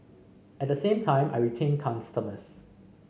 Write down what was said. at the same time I retain customers